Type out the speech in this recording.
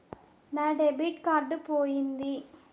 నా debit card పోయింది